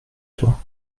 toi